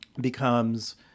becomes